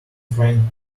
frying